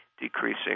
decreasing